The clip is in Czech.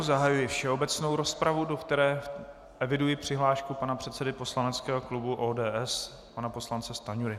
Zahajuji všeobecnou rozpravu, do které eviduji přihlášku pana předsedy poslaneckého klubu ODS, pana poslance Stanjury.